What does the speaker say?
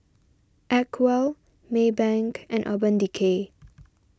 Acwell Maybank and Urban Decay